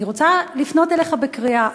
אני רוצה לפנות אליך בקריאה.